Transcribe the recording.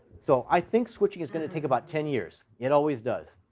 so i think switching is going to take about ten years. it always does.